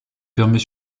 permet